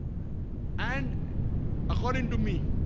and according to me